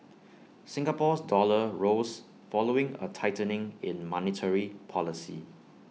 Singapore's dollar rose following A tightening in monetary policy